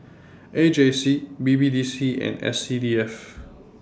A J C B B D C and S C D F